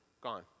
Gone